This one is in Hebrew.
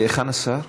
היכן השר?